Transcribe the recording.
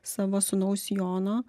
savo sūnaus jono